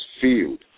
field